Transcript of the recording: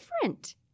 different